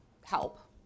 help